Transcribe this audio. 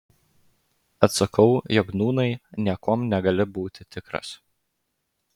atsakau jog nūnai niekuom negali būti tikras